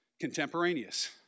Contemporaneous